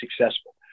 successful